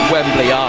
Wembley